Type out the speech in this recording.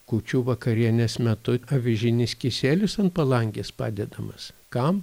kūčių vakarienės metu avižinis kisielius ant palangės padedamas kam